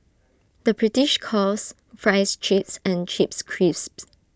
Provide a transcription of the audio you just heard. the British calls Fries Chips and Chips Crisps